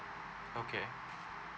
okay